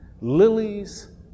Lilies